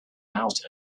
out